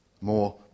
more